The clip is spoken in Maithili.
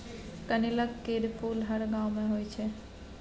कनेलक केर फुल हर गांव मे होइ छै